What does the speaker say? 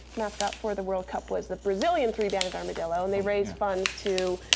mascot for the world cup was the brazilian three-banded armadillo, and they raised funds to,